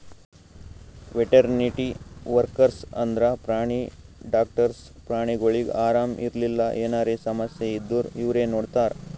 veterinary workers ಅಂದ್ರ ಪ್ರಾಣಿ doctors ಪ್ರಾಣಿಗೊಳಿಗ್ ಆರಾಮ್ ಇರ್ಲಿಲ್ಲ ಎನರೆ ಸಮಸ್ಯ ಇದ್ದೂರ್ ಇವ್ರೇ ನೋಡ್ತಾರ್